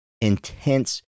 intense